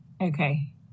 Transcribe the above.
Okay